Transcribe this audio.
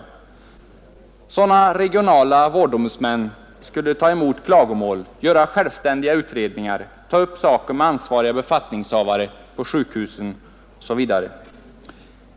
Sådana regionala vårdombudsmän skulle kunna ta emot klagomål, göra självständiga utredningar och ta upp olika frågor med ansvariga befattningshavare på sjukhusen osv.